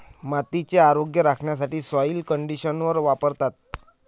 मातीचे आरोग्य राखण्यासाठी सॉइल कंडिशनर वापरतात